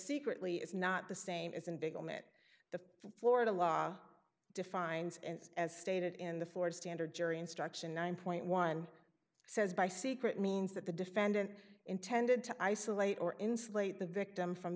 secretly it's not the same as in big moment the florida law defines and as stated in the ford standard jury instruction nine point one says by secret means that the defendant intended to isolate or insulate the victim from